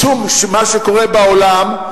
משום מה שקורה בעולם,